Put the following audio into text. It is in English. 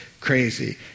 crazy